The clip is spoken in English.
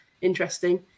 interesting